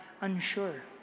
unsure